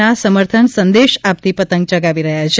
ના સમર્થન સંદેશ આપતી પતંગ યગાવી રહ્યા છે